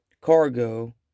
Cargo